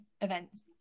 events